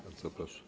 Bardzo proszę.